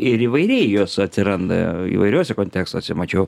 ir įvairiai jos atsiranda įvairiuose kontekstuose mačiau